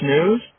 News